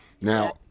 Now